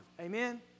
Amen